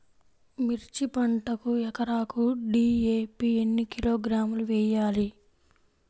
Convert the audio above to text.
మిర్చి పంటకు ఎకరాకు డీ.ఏ.పీ ఎన్ని కిలోగ్రాములు వేయాలి?